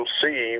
see